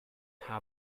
how